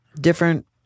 different